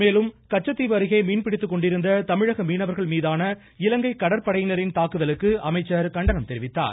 மேலும் கச்சத்தீவு அருகே மீன்பிடித்துக்கொண்டிருந்த தமிழக மீனவர்கள் மீதான இலங்கை கடற்படையினரின் தாக்குதலுக்கு அமைச்சர் கண்டனம் தெரிவித்தார்